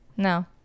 No